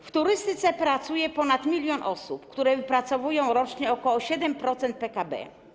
W turystyce pracuje ponad 1 mln osób, które wypracowują rocznie ok. 7% PKB.